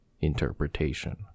Interpretation